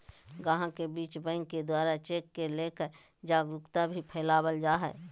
गाहक के बीच बैंक के द्वारा चेक के लेकर जागरूकता भी फैलावल जा है